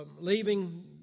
leaving